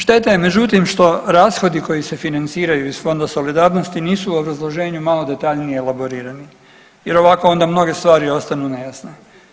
Šteta je međutim što rashodi koji se financiraju iz Fonda solidarnosti nisu u obrazloženju malo detaljnije elaborirani jer ovako onda mnoge stvari ostanu nejasne.